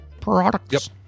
Products